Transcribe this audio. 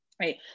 Right